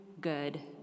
good